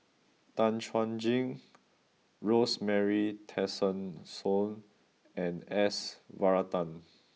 Tan Chuan Jin Rosemary Tessensohn and S Varathan